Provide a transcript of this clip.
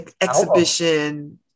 exhibition